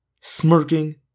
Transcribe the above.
Smirking